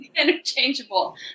Interchangeable